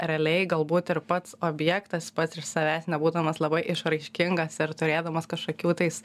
realiai galbūt ir pats objektas pats iš savęs nebūdamas labai išraiškingas ir turėdamas kažkokių tais